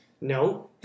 No